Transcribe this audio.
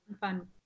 fun